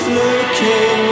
looking